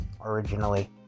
originally